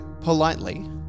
politely